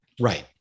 right